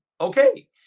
okay